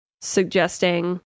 suggesting